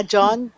John